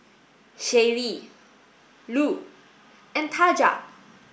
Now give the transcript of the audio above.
Shaylee Lu and Taja